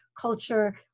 culture